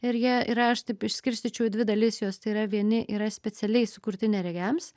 ir jie yra aš taip išskirstyčiau į dvi dalis juos tai yra vieni yra specialiai sukurti neregiams